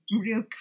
real